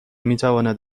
میتواند